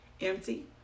empty